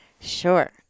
Sure